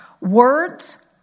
Words